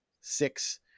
six